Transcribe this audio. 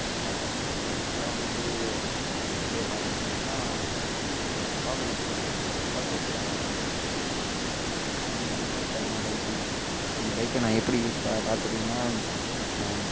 ஆமாங்க பைக்கை வந்து எப்படி பார்த்துப்பேனா எங்கள் அப்பா பைக் இருக்குது எங்கள் அப்பா பைக்கை தான் நான் வந்து யூஸ் பண்ணிகிட்டுருக்கேன் என் எனக்குன்னு தனியாக பைக்கில்லை அந்த பைக்க நான் எப்பிடி யூஸ் பா பாத்துப்பேன்னா